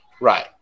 Right